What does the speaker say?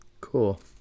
Cool